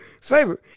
favor